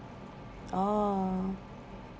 oh